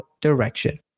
direction